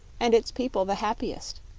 and its people the happiest.